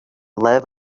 live